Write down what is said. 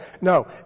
No